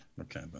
okay